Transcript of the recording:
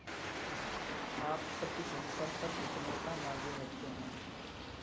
आप प्रति क्विंटल पर कितने का मार्जिन रखते हैं?